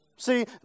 See